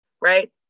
right